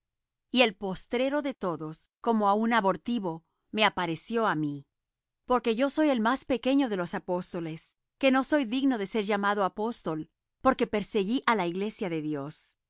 y el postrero de todos como á un abortivo me apareció á mí porque yo soy el más pequeño de los apóstoles que no soy digno de ser llamado apóstol porque perseguí la iglesia de dios